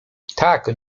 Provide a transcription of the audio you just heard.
tak